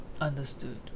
understood